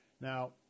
Now